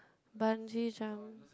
Bungy Jump